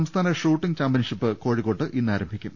സംസ്ഥാന shooting championship കോഴിക്കോട്ട് ഇന്ന് ആരംഭി ക്കും